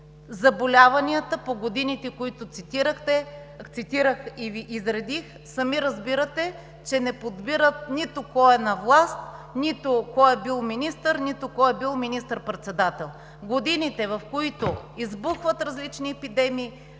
Заболяванията по годините, които цитирах и Ви изредих, сами разбирате, че не подбират нито кой е на власт, нито кой е бил министър, нито кой е бил министър-председател. Годините, в които избухват различни епидемии,